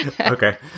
okay